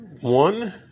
One